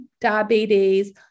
diabetes